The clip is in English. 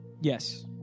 Yes